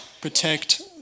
protect